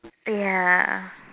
ya